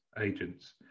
agents